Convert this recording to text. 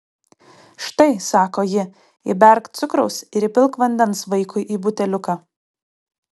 štai sako ji įberk cukraus ir įpilk vandens vaikui į buteliuką